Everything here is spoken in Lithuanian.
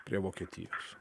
prie vokietijos